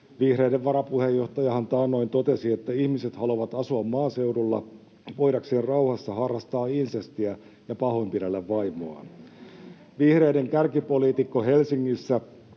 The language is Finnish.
Vihreiden varapuheenjohtajahan taannoin totesi, että ihmiset haluavat asua maaseudulla voidakseen rauhassa harrastaa insestiä ja pahoinpidellä vaimoaan. [Keskeltä: Herranjestas!] Vihreiden kärkipoliitikko Helsingissä